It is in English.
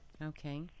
Okay